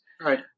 Right